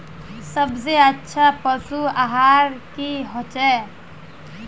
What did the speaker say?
सबसे अच्छा पशु आहार की होचए?